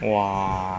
哇